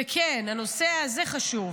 וכן, הנושא הזה חשוב.